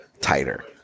tighter